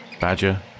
Badger